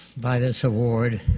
by this award,